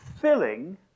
filling